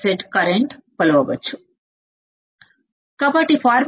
కాబట్టి input bias current ఏమిటో మనం చూస్తాము